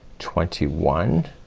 twenty one